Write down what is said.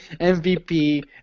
MVP